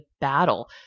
battle